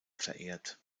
verehrt